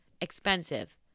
Expensive